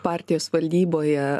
partijos valdyboje